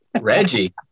Reggie